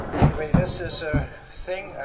anyway, this is a thing,